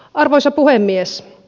arvoisa puhemies